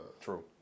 True